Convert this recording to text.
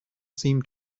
seem